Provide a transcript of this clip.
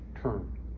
term